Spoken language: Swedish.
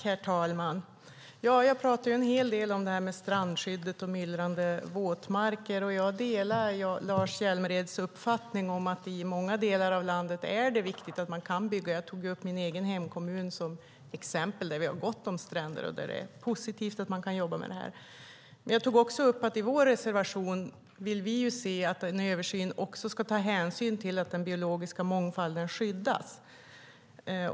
Herr talman! Jag talade en hel del om strandskyddet och myllrande våtmarker. Jag delar Lars Hjälmereds uppfattning att i många delar av landet är det viktigt att man kan bygga. Jag tog upp min egen hemkommun som ett exempel där det finns gott om stränder. Det är positivt att jobba med dessa frågor. Jag tog också upp att vi i vår reservation vill att en översyn ska ta hänsyn till att den biologiska mångfalden skyddas.